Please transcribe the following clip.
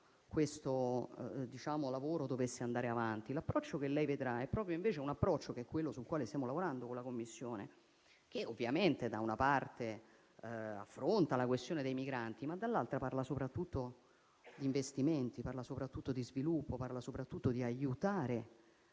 questo lavoro dovesse andare avanti. L'approccio che si vedrà è proprio quello sul quale stiamo lavorando con la Commissione e ovviamente, da una parte, affronta la questione dei migranti, ma dall'altra parla soprattutto di investimenti, di sviluppo e di aiutare